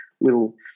little